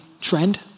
trend